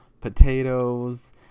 potatoes